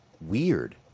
Weird